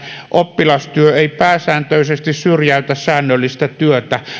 oppilastyö ei pääsääntöisesti syrjäytä säännöllistä työtä